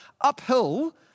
uphill